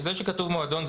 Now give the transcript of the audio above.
זה שכתוב מועדון,